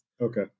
Okay